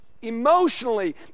emotionally